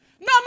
No